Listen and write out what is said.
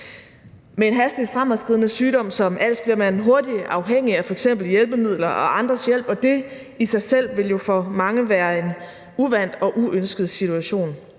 Med en hastigt fremadskridende sygdom som als bliver man hurtigt afhængig af f.eks. hjælpemidler og andres hjælp, og det i sig selv vil jo for mange være en uvant og uønsket situation.